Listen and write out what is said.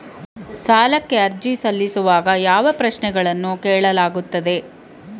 ಸಾಲಕ್ಕೆ ಅರ್ಜಿ ಸಲ್ಲಿಸುವಾಗ ಯಾವ ಪ್ರಶ್ನೆಗಳನ್ನು ಕೇಳಲಾಗುತ್ತದೆ?